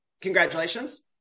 Congratulations